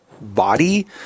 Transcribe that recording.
body